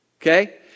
Okay